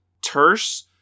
terse